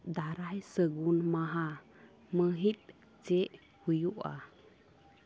ᱫᱟᱨᱟᱭ ᱥᱟᱹᱜᱩᱱ ᱢᱟᱦᱟ ᱢᱟᱹᱦᱤᱛ ᱪᱮᱫ ᱦᱩᱭᱩᱜᱼᱟ